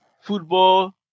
football